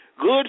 Good